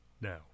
now